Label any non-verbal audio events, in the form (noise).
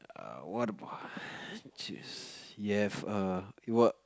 err what about (noise) you have a war